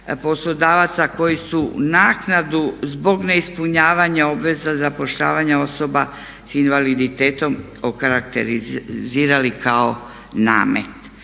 poslodavaca koji su naknadu zbog neispunjavanja obveza zapošljavanja osoba s invaliditetom okarakterizirali kao namet.